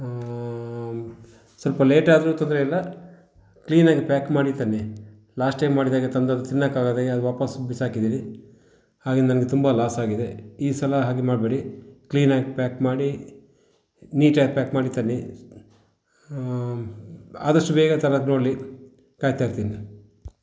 ಸ್ವಲ್ಪ ಲೇಟ್ ಆದ್ರೂ ತೊಂದರೆ ಇಲ್ಲ ಕ್ಲೀನ್ ಆಗಿ ಪ್ಯಾಕ್ ಮಾಡಿ ತನ್ನಿ ಲಾಸ್ಟ್ ಟೈಮ್ ಮಾಡಿದಾಗೆ ತಂದು ಅದು ತಿನ್ನೋಕಾಗ್ದೆ ವಾಪಸ್ಸು ಬಿಸಾಕಿದ್ದೀವಿ ಹಾಗೆ ನನಗೆ ತುಂಬ ಲಾಸ್ ಆಗಿದೆ ಈ ಸಲಾ ಹಾಗೆ ಮಾಡಬೇಡಿ ಕ್ಲೀನ್ ಆಗಿ ಪ್ಯಾಕ್ ಮಾಡಿ ನೀಟ್ ಆಗಿ ಪ್ಯಾಕ್ ಮಾಡಿ ತನ್ನಿ ಆದಷ್ಟು ಬೇಗ ತರೋಕೆ ನೋಡಲಿ ಕಾಯ್ತಾಯಿರ್ತೀನಿ